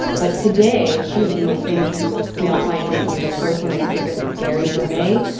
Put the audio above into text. but today some of the most famous snail scientists, the the first one i could think of is gary vermeij,